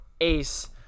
ace